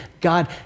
God